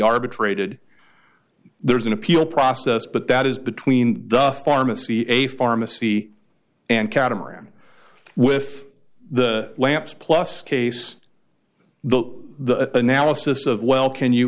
arbitrated there is an appeal process but that is between the pharmacy a pharmacy and catamaran with the lamps plus case the analysis of well can you